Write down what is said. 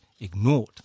ignored